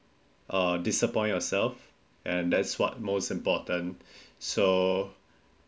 uh disappoint yourself and that's what most important so